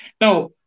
Now